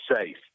safe